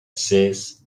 says